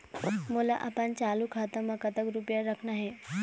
मोला अपन चालू खाता म कतक रूपया रखना हे?